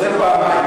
נודה פעמיים.